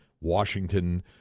Washington